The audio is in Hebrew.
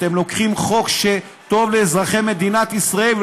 אתם לוקחים חוק שטוב לאזרחי מדינת ישראל,